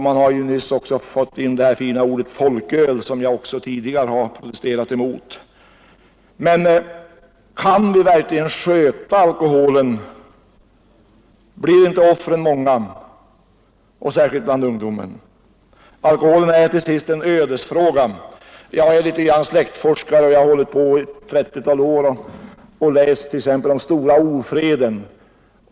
Man har ju nyss också fått in det här fina ordet folköl, som jag tidigare har protesterat emot. Men kan vi verkligen ”sköta” alkoholen? Blir inte offren många, särskilt bland ungdomen? Alkoholen är till sist en ödesfråga. Jag är litet grand släktforskare och jag har hållit på i ett trettiotal år och läst om stora ofreden.